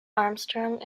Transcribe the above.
armstrong